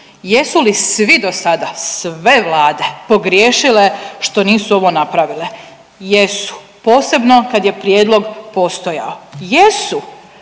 Jesu li sve do sada, sve vlade pogriješile što nisu ovo napravile? Jesu, posebno kad je prijedlog postojao. Jesu.